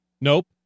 Nope